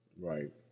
Right